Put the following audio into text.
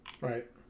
Right